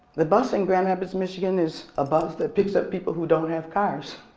the bus in grand rapids, michigan is a bus that picks up people who don't have cars.